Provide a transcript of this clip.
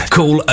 Call